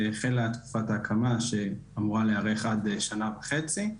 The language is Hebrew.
החלה תקופת ההקמה שאמורה לארוך עד שנה וחצי.